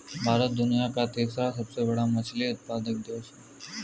भारत दुनिया का तीसरा सबसे बड़ा मछली उत्पादक देश है